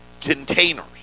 containers